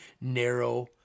narrow